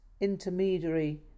intermediary